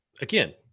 again